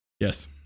Yes